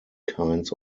kinds